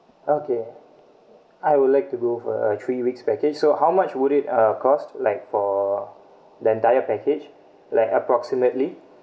okay I would like to go for a three weeks package so how much would it uh cost like for the entire package like approximately